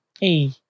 Hey